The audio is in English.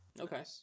Okay